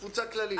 בתפוצה כללית.